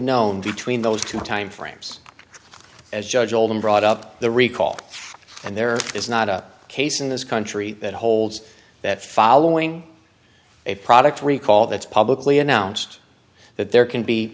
known between those two timeframes as judge oldham brought up the recall and there is not a case in this country that holds that following a product recall that's publicly announced that there can be